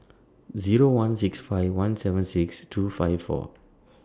Zero one six five one seven six two five four